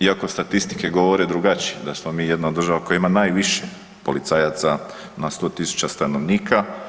Iako statistike govore drugačije, da smo mi jedna od država koja ima najviše policajaca na 100 tisuća stanovnika.